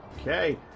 Okay